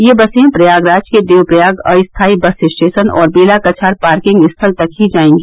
यह बसे प्रयागराज के देव प्रयाग अस्थाई बस स्टेशन और बेला कछार पार्किंग स्थल तक ही जायेंगी